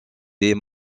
des